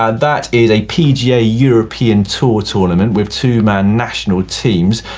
and that is a pga european tour tournament with two man national teams,